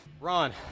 Ron